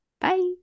Bye